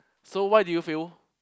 so why did you fail